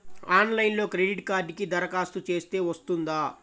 ఆన్లైన్లో క్రెడిట్ కార్డ్కి దరఖాస్తు చేస్తే వస్తుందా?